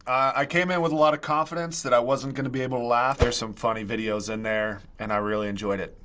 i came in with a lot of confidence that i wasn't going to be able to laugh. there's some funny videos in there, and i really enjoyed it.